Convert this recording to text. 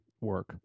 work